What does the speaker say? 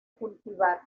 cultivar